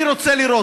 אני רוצה לראות.